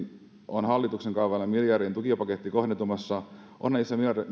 on hallituksen kaavailema miljardien tukipaketti kohdentumassa ovatko